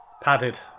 Padded